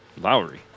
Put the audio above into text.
Lowry